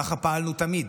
ככה פעלנו תמיד.